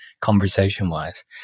Conversation-wise